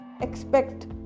Expect